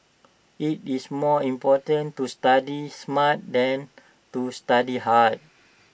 IT is more important to study smart than to study hard